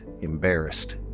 embarrassed